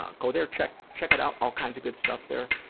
ah go there check check it out, all kinds of good stuff there.